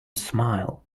smile